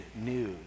news